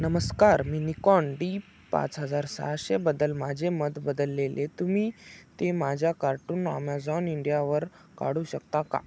नमस्कार मी Nikon D पाच हजार सहाशेबद्दल माझे मत बदललेले तुम्ही ते माझ्या कार्टून अमेझॉन इंडियावर काढू शकता का